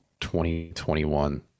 2021